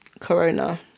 Corona